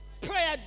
Prayer